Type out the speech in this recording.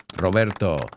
Roberto